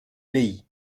pays